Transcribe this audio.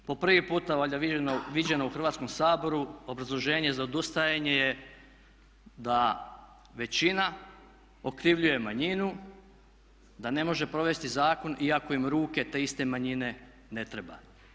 Po prvi puta valjda viđeno u Hrvatskom saboru obrazloženje za odustajanje je da većina okrivljuje manjinu da ne može provesti zakon iako im ruke te iste manjine ne treba.